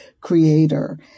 creator